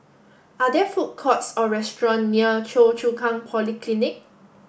are there food courts or restaurants near Choa Chu Kang Polyclinic